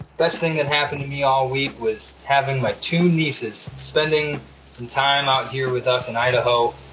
best thing that happened to me all week was having my two nieces spending some time out here with us in idaho.